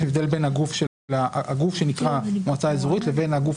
יש הבדל בין הגוף שנקרא מועצה אזורית לבין הגוף